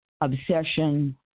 obsession